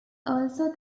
also